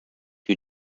who